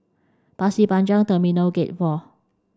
Pasir Panjang Terminal Gate four